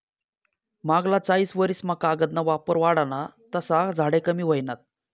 मांगला चायीस वरीस मा कागद ना वापर वाढना तसा झाडे कमी व्हयनात